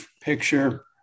picture